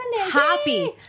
Happy